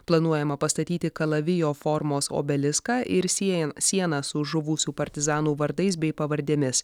planuojama pastatyti kalavijo formos obeliską ir siejan sieną su žuvusių partizanų vardais bei pavardėmis